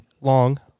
long